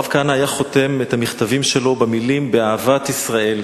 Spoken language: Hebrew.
הרב כהנא היה חותם את המכתבים שלו במלים "באהבת ישראל".